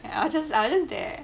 I just I just there